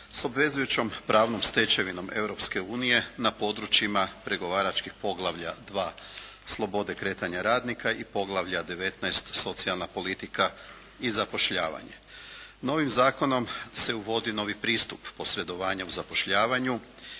s obvezujućom pravnom stečevinom Europske unije na područjima pregovaračkih poglavlja 2 slobode kretanja radnika i poglavlja 19 socijalna politika i zapošljavanje. Novim zakonom se uvodi novi pristup posredovanjem zapošljavanju